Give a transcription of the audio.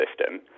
system